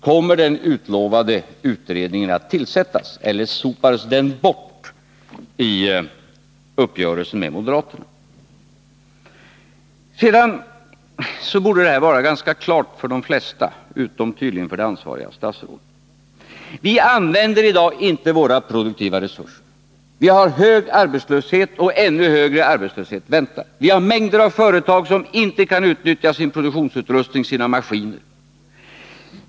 Kommer den utlovade utredningen att tillsättas eller sopades den bort i uppgörelsen med moderaterna? Sedan borde det här vara ganska klart för de flesta, utom tydligen för det ansvariga statsrådet. Vi använder i dag inte våra produktiva resurser. Vi har hög arbetslöshet, och ännu högre arbetslöshet väntas. Vi har mängder av företag som inte kan utnyttja sin produktionsutrustning, sina maskiner.